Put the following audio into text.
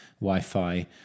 Wi-Fi